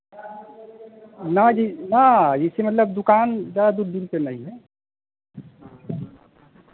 ना जी ना इसी मतलब दुकान ज़्यादा दूर दूर पर नहीं है